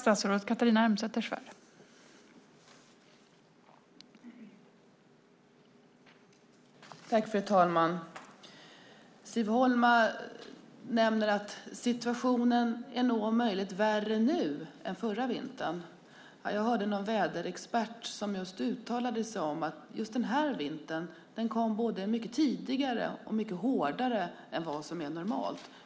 Fru talman! Siv Holma nämnde att situationen nog, om möjligt, är värre nu än förra vintern. Ja, jag hörde någon väderexpert som just sade att den här vintern kom mycket tidigare och var mycket hårdare än vad som är normalt.